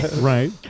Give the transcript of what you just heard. Right